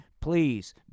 Please